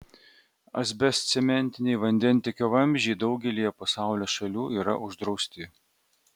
asbestcementiniai vandentiekio vamzdžiai daugelyje pasaulio šalių yra uždrausti